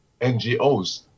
NGOs